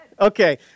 Okay